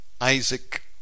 Isaac